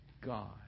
God